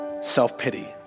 self-pity